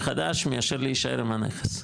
מחדש, מאשר להישאר עם הנכס.